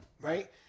right